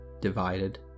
divided